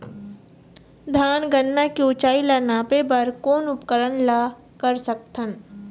धान गन्ना के ऊंचाई ला नापे बर कोन उपकरण ला कर सकथन?